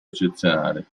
eccezionale